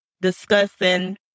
discussing